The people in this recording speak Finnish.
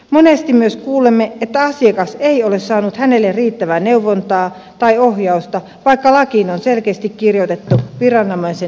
monesti myös kuulemme että asiakas ei ole saanut riittävää neuvontaa tai ohjausta vaikka lakiin on selkeästi kirjoitettu viranomaisen neuvontavelvollisuus